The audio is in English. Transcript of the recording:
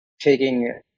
taking